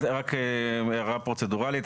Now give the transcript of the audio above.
רק הערה פרוצדורלית,